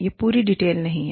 यह पूरी डिटेल नहीं है